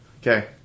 Okay